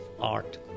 art